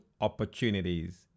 opportunities